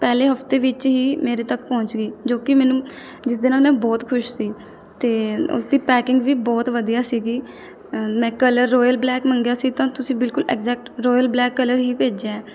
ਪਹਿਲੇ ਹਫਤੇ ਵਿੱਚ ਹੀ ਮੇਰੇ ਤੱਕ ਪਹੁੰਚ ਗਈ ਜੋ ਕਿ ਮੈਨੂੰ ਜਿਸਦੇ ਨਾਲ਼ ਮੈਂ ਬਹੁਤ ਖੁਸ਼ ਸੀ ਅਤੇ ਉਸਦੀ ਪੈਕਿੰਗ ਵੀ ਬਹੁਤ ਵਧੀਆ ਸੀਗੀ ਮੈਂ ਕਲਰ ਰੋਇਲ ਬਲੈਕ ਮੰਗਿਆ ਸੀ ਤਾਂ ਤੁਸੀਂ ਬਿਲਕੁਲ ਐਗਜੈਕਟ ਰੋਇਲ ਬਲੈਕ ਕਲਰ ਹੀ ਭੇਜਿਆ